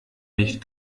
nicht